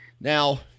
Now –